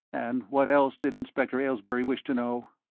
and what else did inspector aylesbury wish to know?